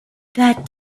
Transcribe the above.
that